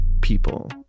people